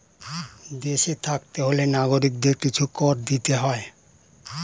দেশে থাকতে হলে নাগরিকদের কিছু কর দিতে হয়